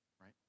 Right